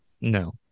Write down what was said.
No